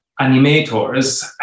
animators